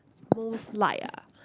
most like ah